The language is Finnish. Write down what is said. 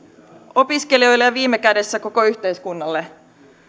viime kädessä koko yhteiskunnalle